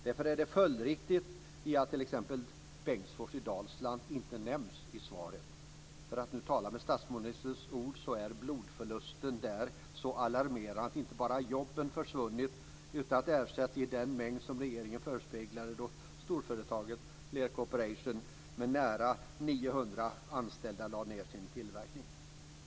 Därför är det följdriktigt att t.ex. Bengtsfors i Dalsland inte nämns i svaret. För att nu tala med statsministerns ord är "blodförlusten" där så alarmerande att det inte bara är jobben som försvunnit utan att ersättas i den mängd som regeringen förespeglade då storföretaget Lear Corporation med nära 900 anställda lade ned sin tillverkning.